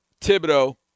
Thibodeau